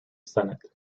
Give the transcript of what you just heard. senate